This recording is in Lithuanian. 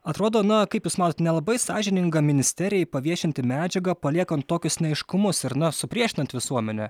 atrodo na kaip jūs matot nelabai sąžininga ministerijai paviešinti medžiagą paliekant tokius neaiškumus ir na supriešinant visuomenę